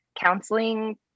counseling